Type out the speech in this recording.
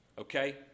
Okay